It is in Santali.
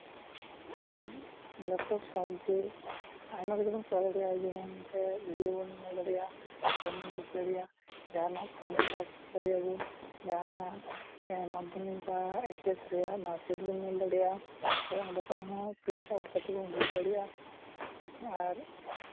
ᱞᱮᱯᱴᱚᱯ ᱥᱟᱦᱟᱡᱽᱡᱮ ᱟᱭᱢᱟ ᱠᱤᱪᱷᱩᱵᱚᱱ ᱠᱚᱨᱟᱣ ᱫᱟᱲᱮᱭᱟᱜᱼᱟ ᱡᱮᱢᱚᱱ ᱚᱱᱛᱮ ᱵᱷᱤᱰᱭᱳ ᱵᱚᱱ ᱧᱮᱞ ᱫᱟᱲᱮᱭᱟᱜᱼᱟ ᱡᱮᱢᱚᱱ ᱜᱟᱛᱮ ᱫᱟᱲᱮᱭᱟᱜᱼᱟ ᱡᱟᱦᱟᱱᱟᱜ ᱯᱷᱨᱚᱢ ᱯᱷᱤᱞᱟᱯ ᱫᱟᱲᱮᱭᱟᱜᱼᱟ ᱵᱚᱱ ᱡᱟᱦᱟᱱᱟᱜ ᱢᱟᱫᱽᱫᱷᱚᱢᱤᱠ ᱵᱟ ᱮᱭᱤᱪ ᱮᱥ ᱨᱮᱭᱟᱜ ᱢᱟᱨᱠᱥᱤᱴ ᱵᱚᱱ ᱧᱮᱞ ᱫᱟᱲᱮᱭᱟᱜᱼᱟ ᱥᱮ ᱚᱸᱰᱮ ᱠᱷᱚᱱ ᱦᱚᱸ ᱯᱨᱤᱱᱴ ᱟᱣᱩᱴ ᱠᱟᱛᱮᱫ ᱵᱚᱱ ᱩᱰᱩᱝ ᱫᱟᱲᱮᱭᱟᱜᱼᱟ ᱟᱨ